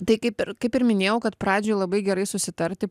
tai kaip ir kaip ir minėjau kad pradžioj labai gerai susitarti